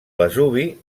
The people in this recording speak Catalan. vesuvi